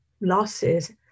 losses